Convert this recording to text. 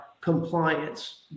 compliance